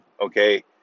okay